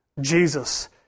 Jesus